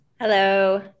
Hello